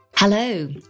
Hello